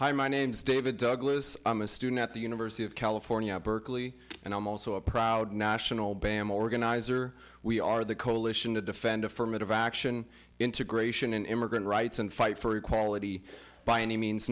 hi my name's david douglas i'm a student at the university of california berkeley and i'm also a proud national bam organizer we are the coalition to defend affirmative action integration and immigrant rights and fight for equality by any means